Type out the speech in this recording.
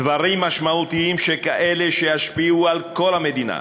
דברים משמעותיים שכאלה, שישפיעו על כל המדינה,